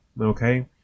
okay